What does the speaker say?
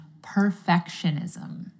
perfectionism